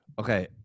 Okay